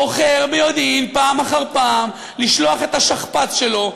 בוחר ביודעין פעם אחר פעם לשלוח את השכפ"ץ שלו,